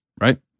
Right